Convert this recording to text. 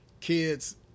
Kids